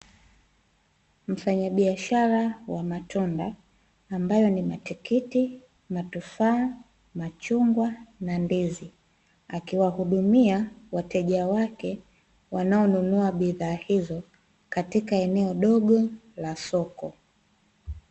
Mfanyabiashara wa matunda ambayo ni matikiti, matufaa, machungwa, na ndizi, akiwahudumia wateja wake wanaonunua bidhaa hizo katika eneo dogo la soko.